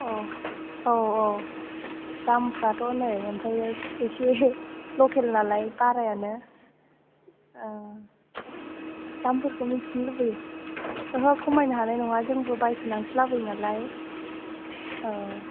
अ औ औ दामफ्राथ' नै ओमफ्राय एसे लकेल नालाय बारायानो दामफोरखौ मिथिनो लुबैयो ओहो खमायनो हानाय नङा जोंबो बायसनासो लाबोयो नालाय औ